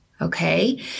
Okay